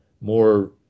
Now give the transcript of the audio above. more